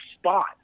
spot